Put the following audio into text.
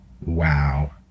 Wow